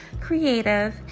creative